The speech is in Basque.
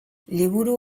liburu